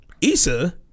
Issa